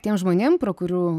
tiem žmonėm pro kurių